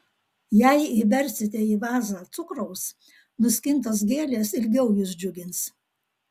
jei įbersite į vazą cukraus nuskintos gėlės ilgiau jus džiugins